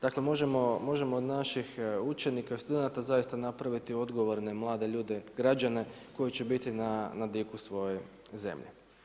Dakle, možemo od naših učenika i studenata zaista napraviti odgovorne mlade ljude, građane, koji će biti na diku svoje zemlje.